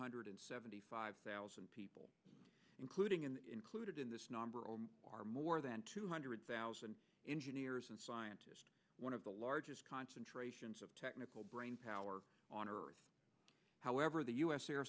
hundred seventy five thousand people including an include in this number are more than two hundred thousand engineers and scientists one of the largest concentrations of technical brainpower on earth however the us air